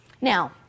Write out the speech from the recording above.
Now